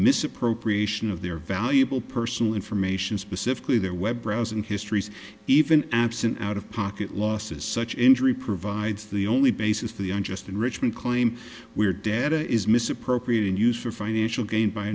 misappropriation of their valuable personal information specifically their web browsing histories even absent out of pocket losses such injury provides the only basis for the unjust enrichment claim we're data is misappropriated and used for financial gain by